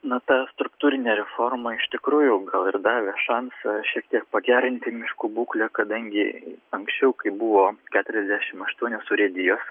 na ta struktūrinė reforma iš tikrųjų gal ir davė šansą šiek tiek pagerinti miškų būklę kadangi anksčiau kai buvo keturiasdešim aštuonios urėdijos